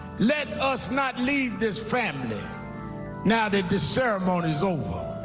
let us not leave this family now that the ceremony is over,